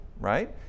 right